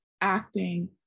acting